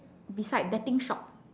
beside betting shop